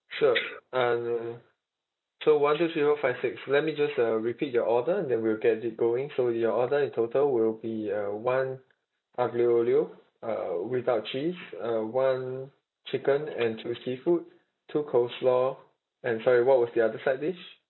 sure and so one two three four five six let me just uh repeat your order and then we'll get it going so your order in total will be uh one aglio olio uh without cheese uh one chicken and two seafood two coleslaw and sorry what was the other side dish